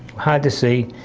hard to see.